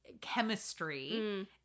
chemistry